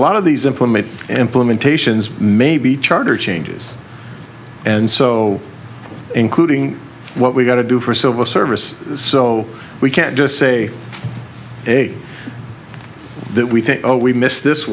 of these implement implementations may be charter changes and so including what we've got to do for civil service so we can't just say a that we think oh we missed this